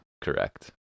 Correct